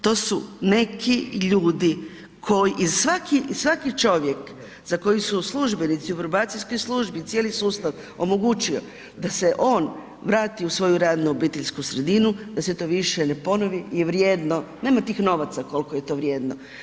To su neki ljudi ko i svaki čovjek za koje su službenici u probacijskoj službi i cijeli sustav omogućio da se on vrati u svoju radnu i obiteljsku sredinu, da se to više ne ponovi je vrijedno, nema tih novaca koliko je to vrijedno.